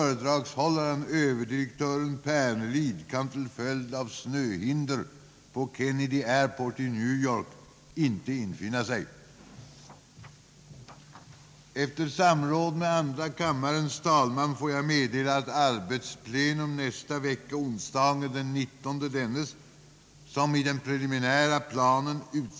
10.00 eller 14.00, kommer att taga sin början kl. 10.00. Vid detta plenum framläggs av konstitutionsutskottet till slutgiltigt beslut grundlagsförslaget om enkammarriksdagen.